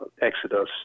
exodus